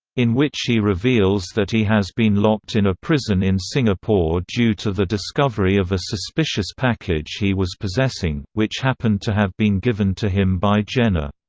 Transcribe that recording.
in which he reveals that he has been locked in a prison in singapore due to the discovery of a suspicious package he was possessing, which happened to have been given to him by jenna.